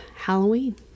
Halloween